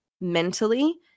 mentally